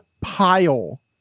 pile